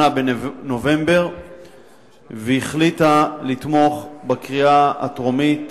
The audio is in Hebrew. בנובמבר והחליטה לתמוך בה בקריאה הטרומית